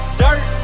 dirt